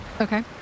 Okay